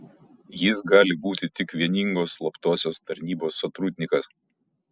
jis gali būti tik vieningos slaptosios tarnybos sotrudnikas